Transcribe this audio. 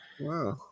Wow